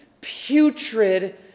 Putrid